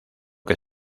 que